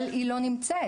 אבל היא לא נמצאת,